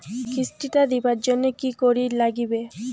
কিস্তি টা দিবার জন্যে কি করির লাগিবে?